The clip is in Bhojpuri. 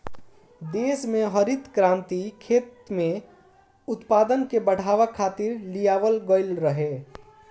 देस में हरित क्रांति खेती में उत्पादन के बढ़ावे खातिर लियावल गईल रहे